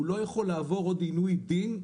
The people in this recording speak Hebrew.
הוא לא יכול לעבור עוד עינוי דין,